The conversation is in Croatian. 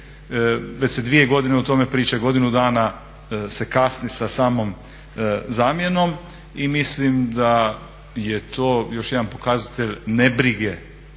već se dvije godine o tome priča. Godinu dana se kasni sa samom zamjenom. I mislim da je to još jedan pokazatelj nebrige